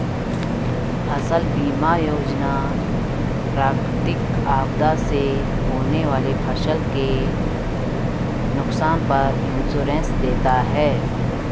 फसल बीमा योजना प्राकृतिक आपदा से होने वाली फसल के नुकसान पर इंश्योरेंस देता है